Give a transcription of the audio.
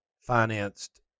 financed